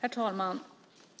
Herr talman!